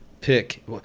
pick